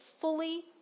fully